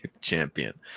champion